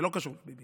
זה לא קשור לביבי,